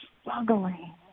struggling